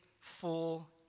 full